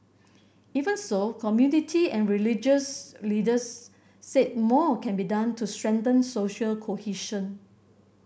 even so community and religious leaders said more can be done to strengthen social cohesion